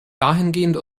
dahingehend